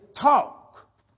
talk